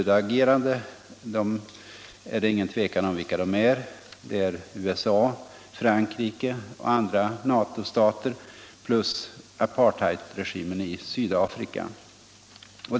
Det är inget tvivel om vilka de huvudagerande är. De är USA, Frankrike och andra NATO-stater plus apartheidregimen i Sydafrika.